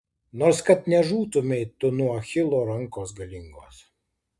nors kad nežūtumei tu nuo achilo rankos galingos